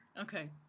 Okay